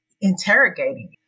interrogating